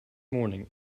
morning